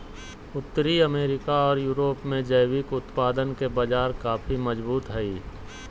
उत्तरी अमेरिका ओर यूरोप में जैविक उत्पादन के बाजार काफी मजबूत हइ